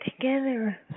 together